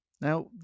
now